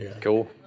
Cool